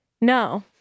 No